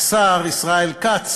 השר ישראל כץ